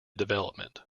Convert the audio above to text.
development